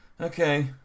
Okay